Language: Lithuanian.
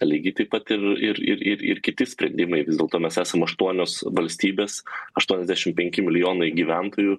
lygiai taip pat ir ir ir ir ir kiti sprendimai vis dėlto mes esam aštuonios valstybės aštuoniasdešim penki milijonai gyventojų